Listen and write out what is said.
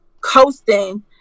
coasting